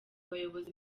abayobozi